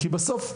כי בסוף,